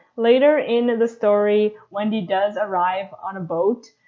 llater in the story wendy does arrive on a boat,